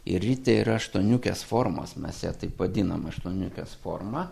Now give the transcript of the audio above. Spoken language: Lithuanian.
ir ritė yra aštuoniukės formos mes ją taip vadinam aštuoniukės forma